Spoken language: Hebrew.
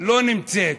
לא נמצאת,